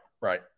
right